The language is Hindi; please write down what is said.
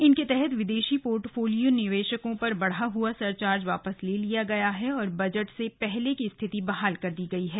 इनके तहत विदेशी पोर्टफोलियो निवेशकों पर बढ़ा हुआ सरचार्ज वापस ले लिया गया है और बजट से पहले की स्थिति बहाल कर दी गई है